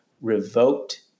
revoked